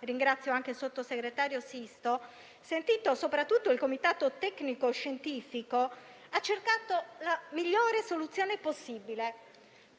ringrazio anche il sottosegretario Sisto - sentito il Comitato tecnico scientifico, ha cercato la migliore soluzione possibile,